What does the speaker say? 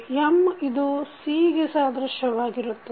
M ಇದು C ಗೆ ಸಾದೃಶ್ಯವಾಗಿರುತ್ತದೆ